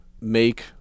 make